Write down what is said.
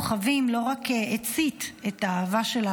הסרט "בין כוכבים" לא רק הצית את האהבה שלה